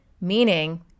Meaning